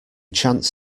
chance